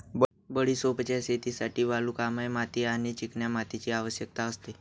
बडिशोपच्या शेतीसाठी वालुकामय माती आणि चिकन्या मातीची आवश्यकता असते